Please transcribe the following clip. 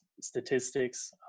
statistics